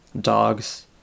dogs